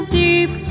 deep